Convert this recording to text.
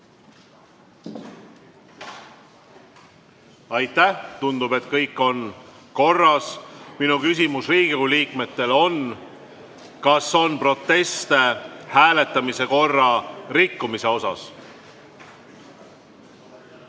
Aitäh! Tundub, et kõik on korras. Minu küsimus Riigikogu liikmetele on, kas on proteste hääletamise korra rikkumise kohta.